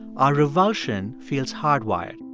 our revulsion feels hardwired.